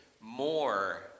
more